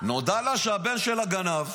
נודע לה שהבן שלה גנב,